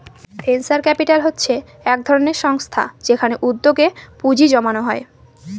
venture capital হচ্ছে এক ধরনের সংস্থা যেখানে উদ্যোগে পুঁজি জমানো হয়